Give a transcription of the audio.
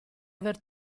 aver